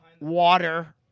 Water